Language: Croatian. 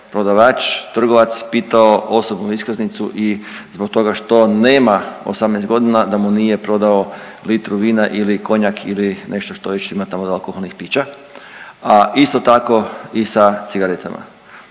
prodavač, trgovac pitao osobnu iskaznicu i zbog toga što nema 18 godina da mu nije prodao litru vina ili konjak ili nešto što već ima tamo od alkoholnih pića, a isto tako i sa cigaretama.